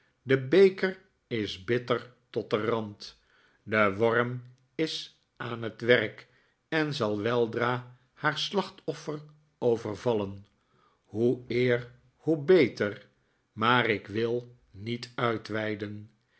de beker is bitter tot den rand de worm is aan het werk en zal weldra haar slachtoffer overvallen hoe eer hoe beter maar ik wil niet uitweiden